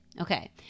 okay